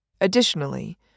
Additionally